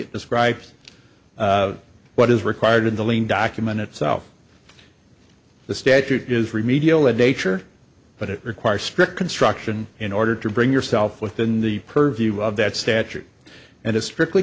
it describes what is required in the lane document itself the statute is remedial a danger but it requires strict construction in order to bring yourself within the purview of that statute and is strictly